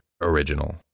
original